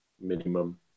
minimum